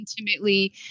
intimately